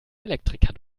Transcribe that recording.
elektriker